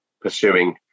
pursuing